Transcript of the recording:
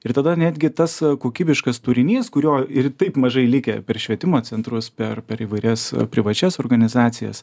ir tada netgi tas kokybiškas turinys kurio ir taip mažai likę per švietimo centrus per per įvairias privačias organizacijas